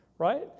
Right